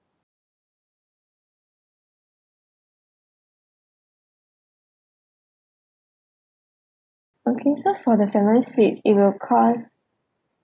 okay so for the family suites it will cost